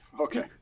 Okay